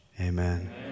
amen